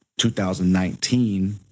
2019